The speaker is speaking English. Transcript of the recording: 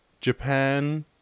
Japan